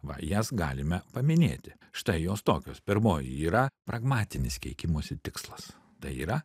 va jas galime paminėti štai jos tokios pirmoji yra pragmatinis keikimosi tikslas tai yra